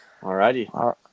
Alrighty